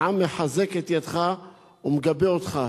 העם מחזק את ידיך ומגבה אותך.